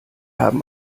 haben